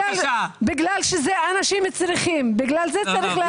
בגלל שזה אנשים שזקוקים, לכן צריך לאשר.